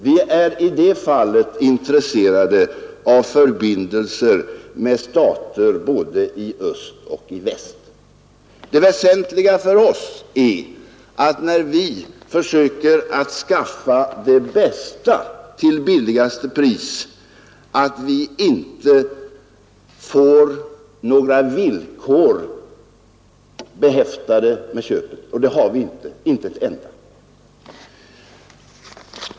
Vi är i det fallet intresserade av förbindelser med stater både i öst och i väst. Det väsentliga för oss är att när vi försöker att skaffa det bästa till billigaste pris vi inte får några villkor behäftade med köpet, och det har vi inte, inte ett enda.